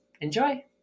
Enjoy